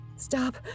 Stop